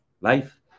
life